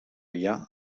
lien